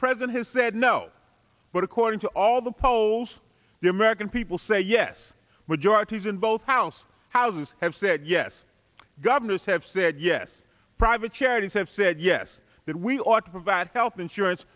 president has said no but according to all the polls the american people say yes majorities in both house houses have said yes governors have said yes private charities have said yes that we ought to provide health insurance